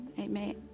Amen